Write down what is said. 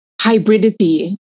hybridity